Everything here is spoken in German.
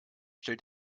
stellt